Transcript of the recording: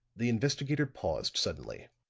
the investigator paused suddenly.